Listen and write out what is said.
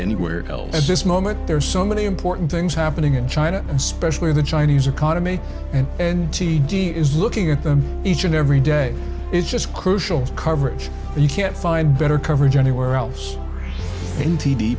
anywhere else at this moment there are so many important things happening in china especially the chinese economy and and t d is looking at them each and every day is just crucial coverage and you can't find better coverage anywhere else